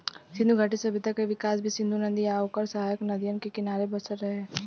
सिंधु घाटी सभ्यता के विकास भी सिंधु नदी आ ओकर सहायक नदियन के किनारे बसल रहे